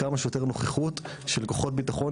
כמה שיותר נוכחות של כוחות ביטחון